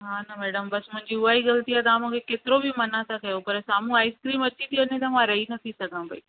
हा न मैडम बसि मुंहिंजी उहा ई ग़लती आहे तव्हां मूंखे केतिरो बि माना त कयो पर साम्हूं आइसक्रीम अचे थी हुनजे साम्हूं मां रही नथी सघां पेई